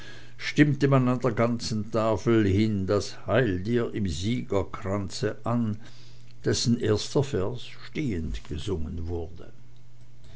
stimmte man an der ganzen tafel hin das heil dir im siegerkranz an dessen erster vers stehend gesungen wurde